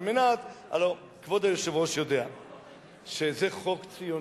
הלוא כבוד היושב-ראש יודע שזה חוק ציוני,